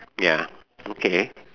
ya okay